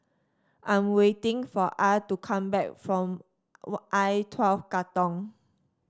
I'm waiting for Ah to come back from I twelve Katong